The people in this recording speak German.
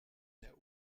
der